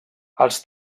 els